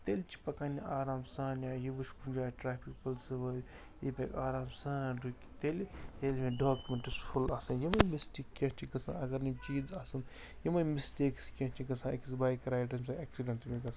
تیٚلہِ چھِ پَکان یہِ آرام سان یا یہِ وٕچھ کُنہِ جایہِ ٹرٛیفِک پُلسہٕ وٲلۍ یہِ آرام سان رُکہِ تیٚلہِ ییٚلہِ مےٚ ڈاکمٮ۪ٹٕس فُل آسَن یِمَے مِسٹیک کیٚنٛہہ چھِ گژھان اگر نہٕ یِم چیٖز آسَن یِمَے مِسٹیکٕس کیٚنٛہہ چھِ گژھان أکِس بایک رایڈرَس ییٚمۍ ساتہٕ اٮ۪کسِڈٮ۪نٛٹ چھِ أمِس گژھان